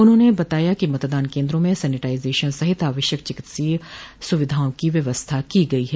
उन्होंने बताया कि मतदान केन्द्रों में सैनिटाइजेश्न सहित आवश्यक चिकित्सीय सुविधाओं की व्यवस्था की गयी है